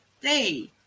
day